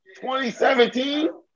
2017